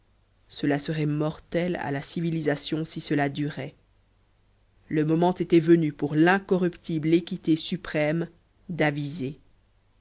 cela serait mortel à la civilisation si cela durait le moment était venu pour l'incorruptible équité suprême d'aviser